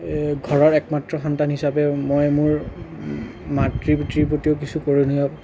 ঘৰৰ একমাত্ৰ সন্তান হিচাপে মই মোৰ মাতৃ পিতৃৰ প্ৰতিও কিছু কৰণীয়